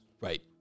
Right